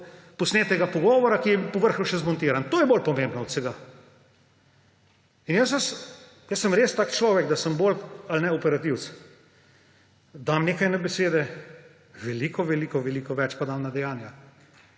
posnetega pogovora, ki je povrh še zmontiran. To je bolj pomembno od vsega! Jaz sem res tak človek, da sem bolj operativec; dam nekaj na besede, veliko veliko več pa dam na dejanja.